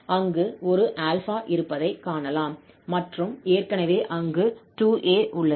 அங்கு ஒரு 𝛼 இருப்பதைக் காணலாம் மற்றும் ஏற்கனவே அங்கு 2𝑎 உள்ளது